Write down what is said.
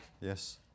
Yes